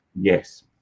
yes